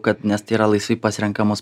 kad nes tai yra laisvai pasirenkamos